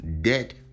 dead